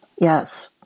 yes